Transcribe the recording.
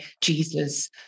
Jesus